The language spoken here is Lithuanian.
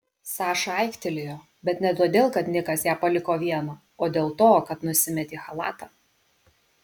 saša aiktelėjo bet ne todėl kad nikas ją paliko vieną o dėl to kad nusimetė chalatą